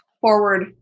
forward